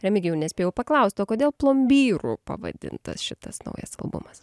remigijau nespėjau paklaust o kodėl plombyru pavadintas šitas naujas albumas